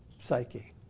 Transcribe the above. psyche